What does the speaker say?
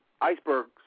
icebergs